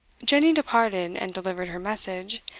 jenny departed and delivered her message.